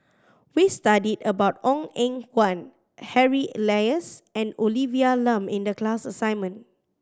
we studied about Ong Eng Guan Harry Elias and Olivia Lum in the class assignment